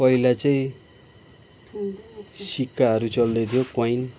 पहिला चाहिँ सिक्काहरू चल्दैथ्यो कोइन